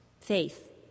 Faith